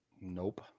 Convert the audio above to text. Nope